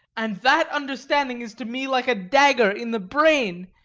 and that understanding is to me like a dagger in the brain.